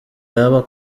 yaba